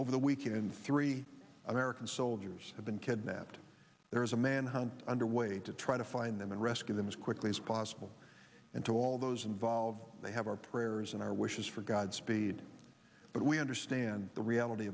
over the weekend three american soldiers have been kidnapped there is a manhunt underway to try to find them and rescue them as quickly as possible and to all those involved they have our prayers and our wishes for godspeed but we understand the reality